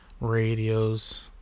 radios